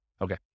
Okay